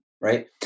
right